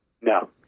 No